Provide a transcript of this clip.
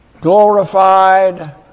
glorified